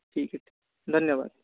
ठीक है धन्यवाद